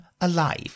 alive